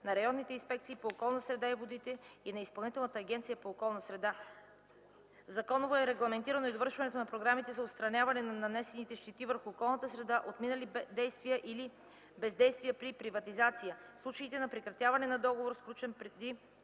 на районните инспекции по околната среда и водите и на Изпълнителната агенция по околна среда. Законово е регламентирано и довършването на програмите за отстраняване на нанесените щети върху околната среда от минали действия или бездействия при приватизация, в случаите на прекратяване на договор, сключен преди